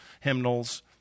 hymnals